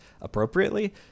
appropriately –